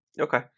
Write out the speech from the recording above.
Okay